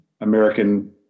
American